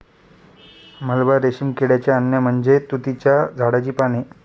मलबा रेशीम किड्याचे अन्न म्हणजे तुतीच्या झाडाची पाने